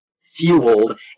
fueled